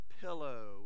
pillow